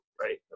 right